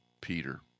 Peter